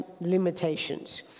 limitations